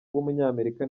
w’umunyamerika